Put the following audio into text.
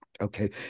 okay